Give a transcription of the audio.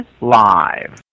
live